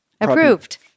approved